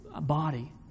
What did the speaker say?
body